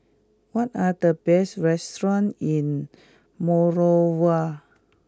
what are the best restaurants in Monrovia